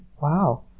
Wow